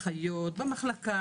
אחיות במחלקה,